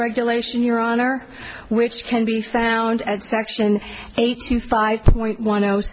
regulation your honor which can be found at section eighty five point one